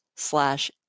Slash